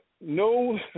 no